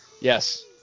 Yes